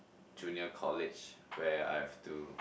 junior college where I've to